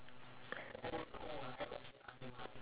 oh gosh we're so cruel